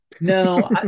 no